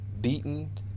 beaten